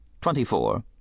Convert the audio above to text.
Twenty-four